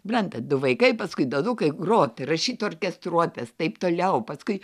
suprantat du vaikai paskui du anūkai grot ir rašyt orkestruotes taip toliau paskui